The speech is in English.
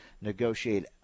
negotiate